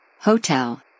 hotel